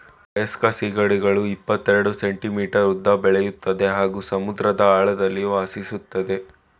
ವಯಸ್ಕ ಸೀಗಡಿಗಳು ಇಪ್ಪತೆರೆಡ್ ಸೆಂಟಿಮೀಟರ್ ಉದ್ದ ಬೆಳಿತದೆ ಹಾಗೂ ಸಮುದ್ರದ ಆಳದಲ್ಲಿ ವಾಸಿಸ್ತದೆ